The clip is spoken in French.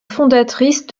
fondatrice